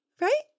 right